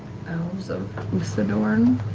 elves of uthadorn?